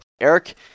Eric